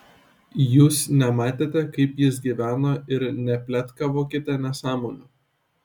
jūs nematėte kaip jis gyveno ir nepletkavokite nesąmonių